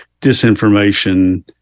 disinformation